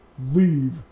leave